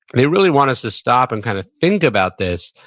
they really want us to stop and kind of think about this,